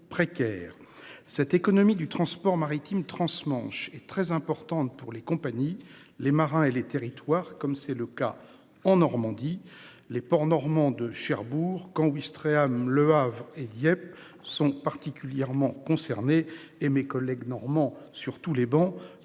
Cette économie du transport maritime transmanche est très importante pour les compagnies, les marins et les territoires, comme c'est le cas en Normandie. Les ports normands de Cherbourg, Caen-Ouistreham, Le Havre et Dieppe sont particulièrement concernés, ainsi que mes collègues normands l'ont